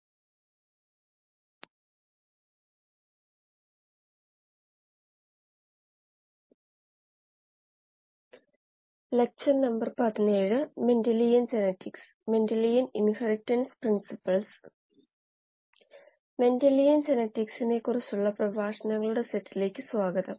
ബയോറിയാക്ടറുകളെക്കുറിച്ചുള്ള NPTEL online certification കോഴ്സായ പ്രഭാഷണം number 17 ലേക്ക് സ്വാഗതം